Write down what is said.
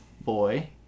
boy